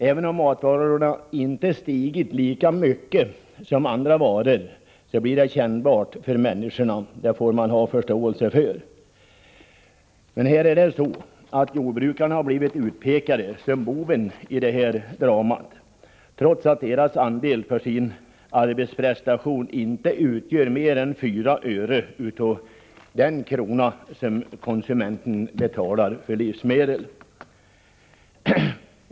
Även om matvarorna inte stigit lika mycket som andra varor blir det kännbart för människor. Det får man ha förståelse för. Här har jordbrukarna blivit utpekade som bovarna i dramat, trots att deras andel för deras arbetsprestation inte utgör mer än 4 öre av den krona som konsumenten betalar för livsmedel.